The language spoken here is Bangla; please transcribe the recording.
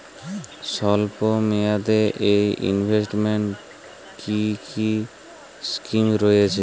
স্বল্পমেয়াদে এ ইনভেস্টমেন্ট কি কী স্কীম রয়েছে?